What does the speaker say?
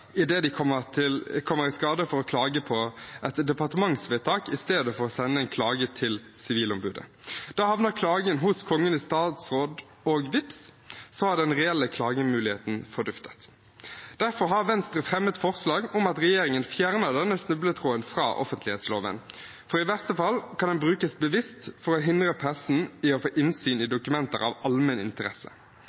de kommer i skade for å klage på et departementsvedtak i stedet for å sende en klage til sivilombudet. Da havner klagen hos Kongen i statsråd – og vips, så har den reelle klagemuligheten forduftet. Derfor har Venstre fremmet forslag om at regjeringen fjerner denne snubletråden fra offentlighetsloven, for i verste fall kan den brukes bevisst for å hindre pressen i å få innsyn i dokumenter av allmenn interesse.